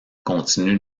continuent